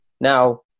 Now